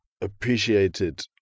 appreciated